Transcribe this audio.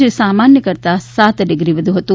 જે સામાન્ય કરતાં સાત ડિગ્રી વધુ હતું